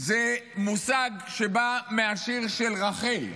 זה מושג שבא מהשיר של רחל,